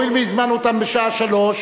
הואיל והזמנו אותם לשעה 15:00,